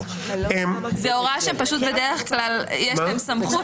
זאת פשוט הוראה שבדרך כלל יש להם סמכות